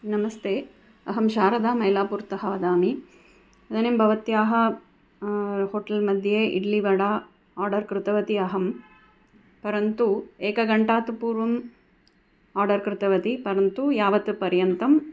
नमस्ते अहं शारदा मैलापुर्तः वदामि इदानीं भवत्याः होट्ल् मध्ये इड्लि वडा आर्डर् कृतवती अहं परन्तु एकघण्टात् पूर्वम् आर्डर् कृतवती परन्तु यावत्पर्यन्तम्